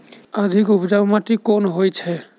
अधिक उपजाउ माटि केँ होइ छै?